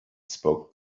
spoke